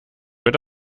wird